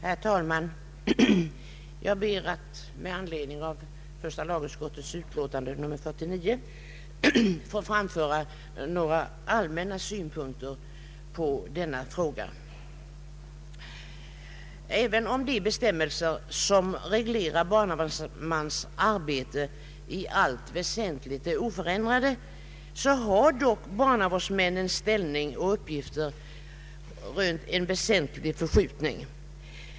Herr talman! Jag ber att med anledning av första lagutskottets utlåtande nr 49 få framföra några allmänna synpunkter på denna fråga. Även om de bestämmelser som reglerar barnavårdsmans arbete i allt väsentligt är oförändrade, har dock barnavårdsmännens ställning och uppgifter förskjutits väsentligt.